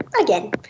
Again